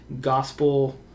gospel